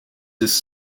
his